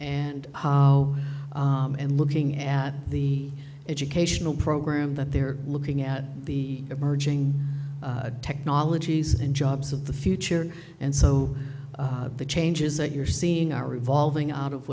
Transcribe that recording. and how and looking at the educational program that they're looking at the emerging technologies in jobs of the future and so the changes that you're seeing are evolving out of